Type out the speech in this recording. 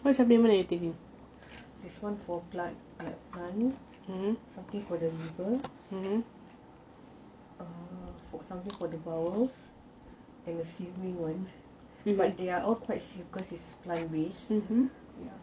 err there's one for lungs something for the liver and something for the bowel and the sleeping [one] but they are all quite safe cause it's plant based